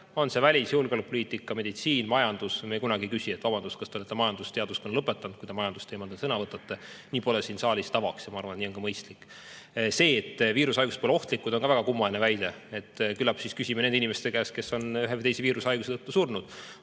või julgeolekupoliitika, meditsiin või majandus. Me kunagi ei küsi, et vabandust, kas te olete majandusteaduskonna lõpetanud, kui te majandusteemadel sõna võtate. Nii pole siin saalis tavaks ja ma arvan, et nii on ka mõistlik. See, et viirushaigused pole ohtlikud, on ka väga kummaline väide. [Me ei saa kahjuks küsida] nende inimeste käest, kes on ühe või teise viirushaiguse tõttu surnud,